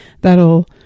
that'll